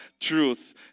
truth